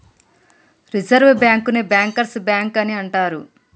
reserve బ్యాంకుని bankers bank అని అంటరు